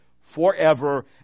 forever